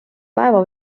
päeva